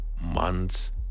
months